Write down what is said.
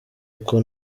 uko